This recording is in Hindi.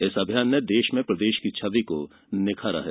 इस अभियान ने देश में प्रदेश की छवि को निखारा है